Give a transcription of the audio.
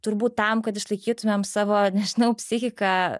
turbūt tam kad išlaikytumėm savo nežinau psichiką